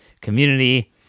community